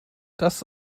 das